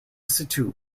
situ